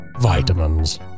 vitamins